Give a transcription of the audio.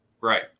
Right